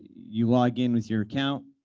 you log in with your account,